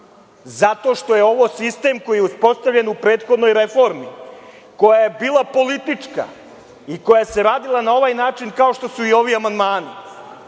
zato što je ovo sistem koji je uspostavljen u prethodnoj reformi koja je bila politička i koja se radila na ovaj način kao što su i ovi amandmani,